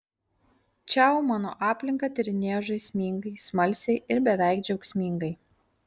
čiau mano aplinką tyrinėjo žaismingai smalsiai ir beveik džiaugsmingai